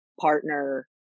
partner